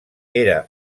era